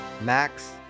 Max